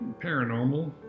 paranormal